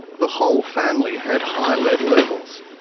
the whole family had high lead levels.